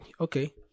okay